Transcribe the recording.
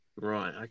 Right